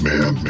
Man